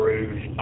Rouge